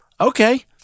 Okay